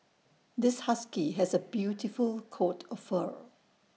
this husky has A beautiful coat of fur